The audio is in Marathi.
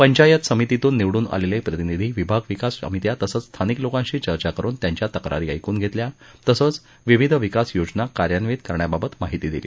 पंचायत समितीतून निवडून आलेले प्रतिनिधी विभाग विकास समित्या तसंच स्थानिक लोकांशी चर्चा करुन त्यांच्या तक्रारी ऐकून घेतल्या तसंच विविध विकास योजना कार्यान्वित करण्याबाबत माहिती दिली